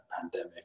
pandemic